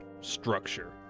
structure